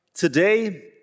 Today